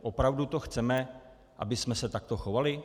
Opravdu to chceme, abychom se takto chovali?